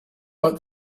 but